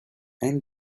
and